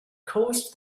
caused